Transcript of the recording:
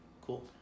Cool